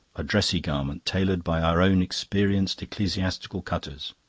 a dressy garment, tailored by our own experienced ecclesiastical cutters.